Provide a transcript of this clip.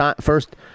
first